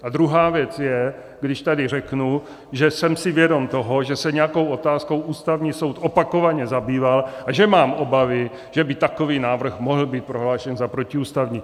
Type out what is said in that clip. A druhá věc je, když tady řeknu, že jsem si vědom toho, že se nějakou otázkou Ústavní soud opakovaně zabýval a že mám obavy, že by takový návrh mohl být prohlášen za protiústavní.